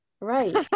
right